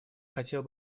хотел